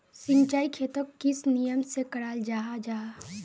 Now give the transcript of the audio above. सिंचाई खेतोक किस नियम से कराल जाहा जाहा?